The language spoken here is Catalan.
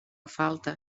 falta